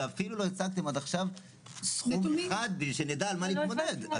ואפילו לא הצגתם עד עכשיו סכום אחד כדי שנדע עם מה מתמודדים.